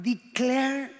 Declare